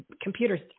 computers